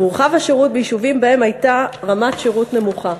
והורחב השירות ביישובים שבהם הייתה רמת שירות נמוכה.